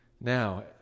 Now